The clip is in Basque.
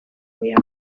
ogia